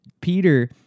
Peter